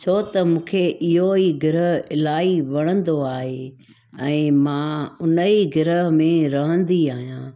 छो त मूंखे इहो ई ग्रह अलाए वणंदो आहे ऐं मां उन ई ग्रह में रहंदी आहियां